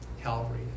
Calvary